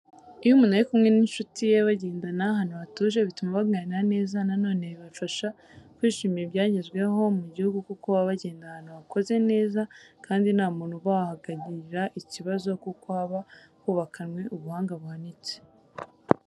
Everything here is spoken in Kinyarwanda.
Iyo umuntu ari kumwe n'incuti ye bagendagenda ahantu hatuje, bituma baganira neza. Na none bibafasha kwishimira ibyagezweho mu gihugu kuko baba bagenda ahantu hakoze neza kandi nta muntu uba wahagirira ikibazo kuko haba hubakanwe ubuhanga buhanitse.